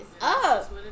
up